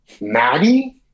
Maddie